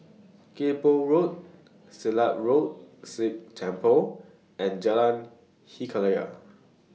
Kay Poh Road Silat Road Sikh Temple and Jalan Hikayat